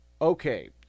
okay